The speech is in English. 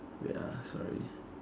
wait ah sorry